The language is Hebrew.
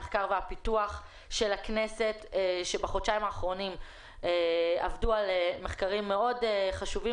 המחקר והפיתוח של הכנסת שבחודשיים האחרונים עבדה על מחקרים מאוד חשובים.